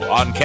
on